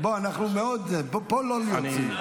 בוא, אנחנו מאוד, פה לא להיות ציני.